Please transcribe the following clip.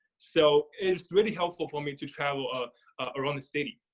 so it's really helpful for me to travel ah around the city.